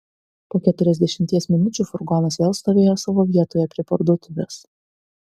po keturiasdešimties minučių furgonas vėl stovėjo savo vietoje prie parduotuvės